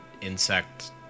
insect